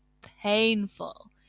painful